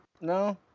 No